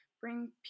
bring